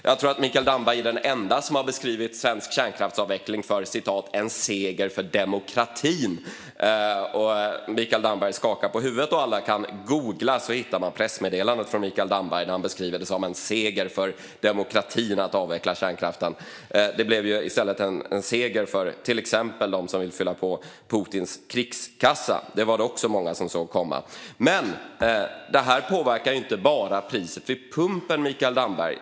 Jag tror att Mikael Damberg är den enda som har beskrivit svensk kärnkraftsavveckling som en seger för demokratin. Mikael Damberg skakar på huvudet, men alla kan googla fram pressmeddelandet från Mikael Damberg där han beskriver det som en seger för demokratin att avveckla kärnkraften. Men det blev i stället en seger för exempelvis dem som vill fylla på Putins krigskassa. Det var det också många som såg komma. De höga drivmedelskostnaderna påverkar inte bara priset vid pumpen, Mikael Damberg.